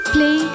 Play